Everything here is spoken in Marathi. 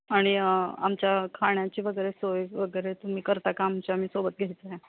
आणि आमच्या खाण्याची वगैरे सोय वगैरे तुम्ही करता का आमच्या आम्ही सोबत घ्यायचं आहे